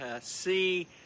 see